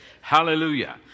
Hallelujah